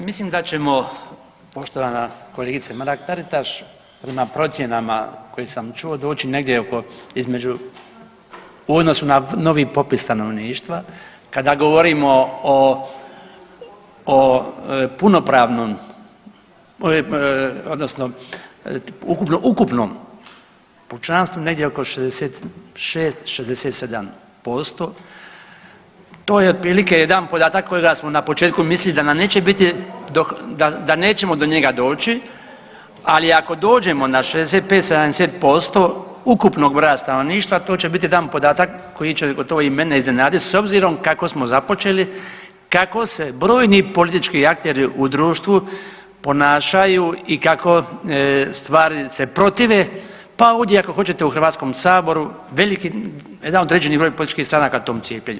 Pa mislim da ćemo poštovana kolegice Mrak-Taritaš prema procjenama koje sam čuo doći negdje oko, između u odnosu na novi popis stanovništva, kada govorimo o, o punopravnom odnosno ukupno ukupnom pučanstvu negdje oko 66-67%, to je otprilike jedan podatak kojega smo na početku mislili da nam neće biti, da nećemo do njega doći, ali ako dođemo na 65-70% ukupnog broja stanovništva to će biti jedan podatak koji će gotovo i mene iznenadit s obzirom kako smo započeli, kako se brojni politički akteri u društvu ponašaju i kako ustvari se protive, pa ovdje i ako hoćete u HS veliki, jedan određeni broj političkih stranaka tom cijepljenje.